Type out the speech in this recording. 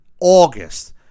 August